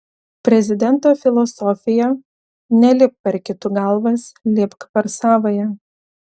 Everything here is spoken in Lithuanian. prezidento filosofija nelipk per kitų galvas lipk per savąją